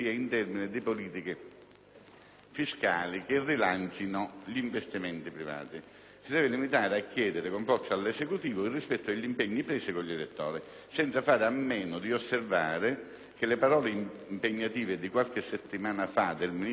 fiscali che rilancino gli investimenti privati; si deve limitare a chiedere con forza all'Esecutivo il rispetto degli impegni presi con gli elettori, senza fare a meno di osservare che le parole impegnative di qualche settimana fa del ministro dell'economia Giulio Tremonti